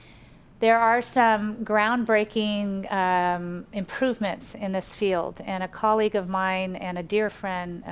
there are some groundbreaking improvements in this field. and a colleague of mine and a dear friend,